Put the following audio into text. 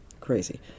crazy